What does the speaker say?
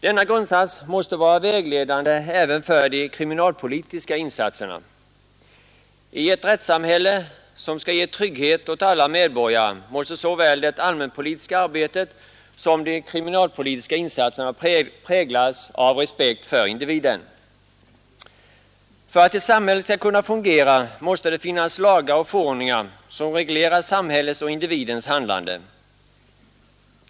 Denna grundsats I ett rättssamhälle som skall ge trygghet åt alla medborgare måste såväl det allmänpolitiska arbetet som de kriminalpolitiska insatserna präglas av respekt för individen. måste vara vägledande även för de kriminalpolitiska insatserna att ett samhälle skall kunna fungera måste det finnas lagar och förordningar som reglerar samhällets och individernas handlande.